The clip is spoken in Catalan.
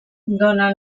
dona